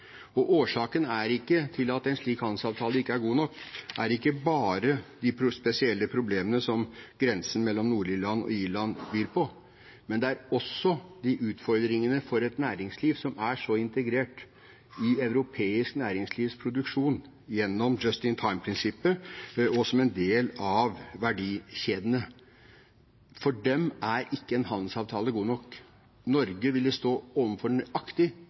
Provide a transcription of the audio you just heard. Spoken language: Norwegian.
Årsaken til at en slik handelsavtale ikke er god nok, er ikke bare de spesielle problemene som grensen mellom Nord-Irland og Irland byr på, men også utfordringene for et næringsliv som er integrert i europeisk næringslivs produksjon gjennom «just-in-time»-prinsippet, og som en del av verdikjedene. For dem er ikke en handelsavtale god nok. Norge ville